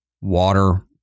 water